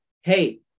hey